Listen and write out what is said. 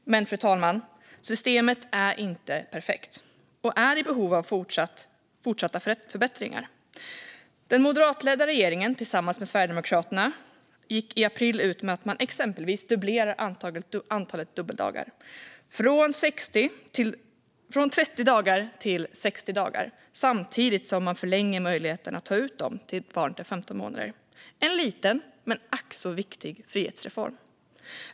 Men, fru talman, systemet är inte perfekt och är fortsatt i behov av förbättringar. Den moderatledda regeringen, tillsammans med Sverigedemokraterna, gick i april ut med att man exempelvis dubblerar antalet dubbeldagar, från 30 dagar till 60 dagar, samtidigt som man förlänger tiden att ta ut dessa dagar till dess att barnet är 15 månader. Det är en liten men ack så viktig frihetsreform.